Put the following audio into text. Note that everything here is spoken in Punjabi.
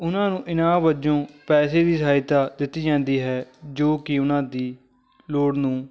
ਉਹਨਾਂ ਨੂੰ ਇਨਾਮ ਵਜੋਂ ਪੈਸੇ ਦੀ ਸਹਾਇਤਾ ਦਿੱਤੀ ਜਾਂਦੀ ਹੈ ਜੋ ਕਿ ਉਹਨਾਂ ਦੀ ਲੋੜ ਨੂੰ